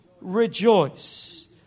rejoice